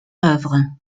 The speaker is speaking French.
œuvre